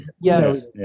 Yes